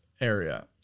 area